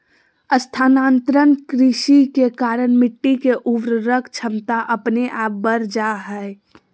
स्थानांतरण कृषि के कारण मिट्टी के उर्वरक क्षमता अपने आप बढ़ जा हय